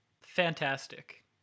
Fantastic